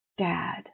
Dad